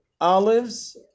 olives